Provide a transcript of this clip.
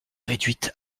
réduite